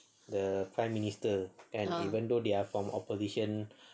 the prime minister then even though they are from opposition